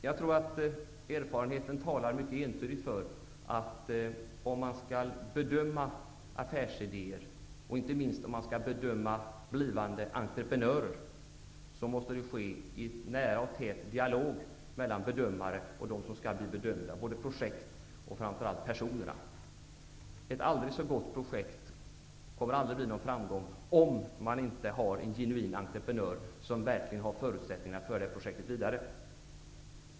Jag tror att erfarenheten mycket entydigt talar för att om affärsidéer och, inte minst, blivande entreprenörer, skall bedömas, måste det ske i en nära och tät dialog mellan bedömare och dem som skall bli bedömda. Det gäller projekt och, framför allt, personer. Ett aldrig så gott projekt blir inte någonsin en framgång om det inte finns en genuin entreprenör som verkligen har förutsättningar att föra projektet vidare.